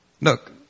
Look